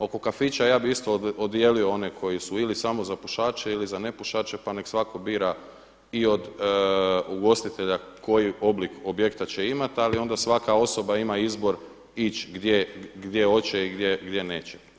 Oko kafića ja bih isto odijelio one koji su ili samo za pušače ili za nepušače pa nek' svatko bira i od ugostitelja koji oblik objekta će imati, ali onda svaka osoba ima izbor ići gdje hoće i gdje neće.